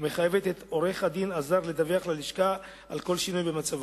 ומחייבת את עורך-הדין הזר לדווח ללשכה על כל שינוי במצבו.